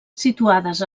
situades